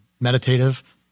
meditative